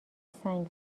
سنگ